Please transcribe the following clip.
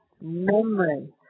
memory